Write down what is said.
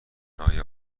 آیا